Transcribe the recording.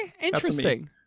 interesting